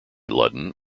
ludden